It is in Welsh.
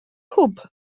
hwb